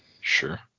Sure